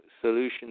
solution